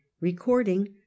Recording